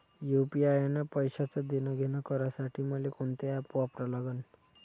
UPI न पैशाचं देणंघेणं करासाठी मले कोनते ॲप वापरा लागन?